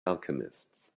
alchemists